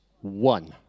one